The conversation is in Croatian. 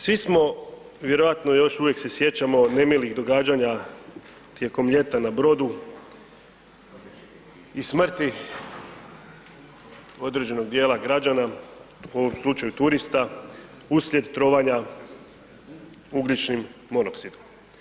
Svi smo, vjerojatno još uvijek se sjećamo nemilih događanja tijekom ljeta na brodu i smrti određenog dijela građana, u ovom slučaju turista uslijed trovanja ugljičnim monoksidom.